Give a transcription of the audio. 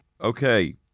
Okay